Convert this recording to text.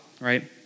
right